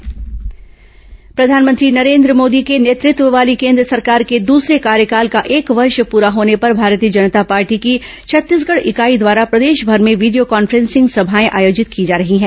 Bhajpa video conferencing सभा प्रधानमंत्री नरेन्द्र मोदी के नेतृत्व वाली केन्द्र सरकार के दूसरे कार्यकाल का एक वर्ष पूरा होने पर भारतीय जनता पार्टी की छत्तीसगढ़ इकाई द्वारा प्रदेशभर में वीडियो कॉन्फ्रेंसिंग सभाए आयोजित की जा रही हैं